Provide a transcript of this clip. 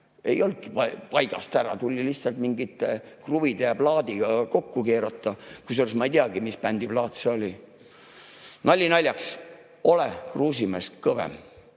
ei olnudki paigast ära, tuli lihtsalt mingite kruvide ja plaadiga kokku keerata, kusjuures ma ei teagi, mis bändi plaat see oli. Nali naljaks. Ole Kruusimäest kõvem.